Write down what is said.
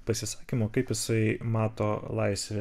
pasisakymo kaip jisai mato laisvę